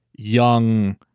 young